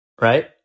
right